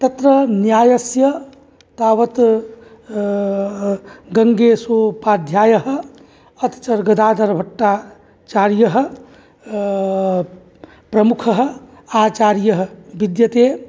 तत्र न्यायस्य तावत् गङ्गेशोपाध्यायः अथ च गदादरभट्टाचार्यः प्रमुखः आचार्यः विद्यते